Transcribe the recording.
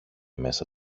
μέσα